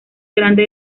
delante